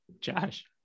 josh